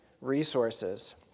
resources